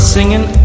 Singing